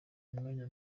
mwanya